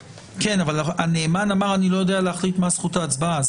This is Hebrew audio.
אבל הנאמן אמר שהוא לא יודע להחליט מה זכות ההצבעה.